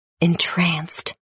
entranced